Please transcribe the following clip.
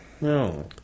no